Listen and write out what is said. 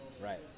Right